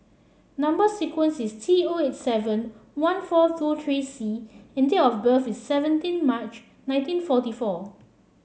number sequence is T O eight seven one four two three C and date of birth is seventeen March nineteen forty four